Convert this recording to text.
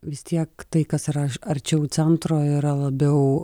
vis tiek tai kas yra arčiau centro yra labiau